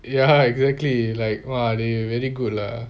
ya exactly like !wah! they really good lah